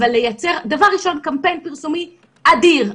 אלא לייצר דבר ראשון קמפיין פרסומי אדיר,